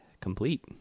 complete